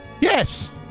Yes